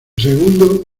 segundo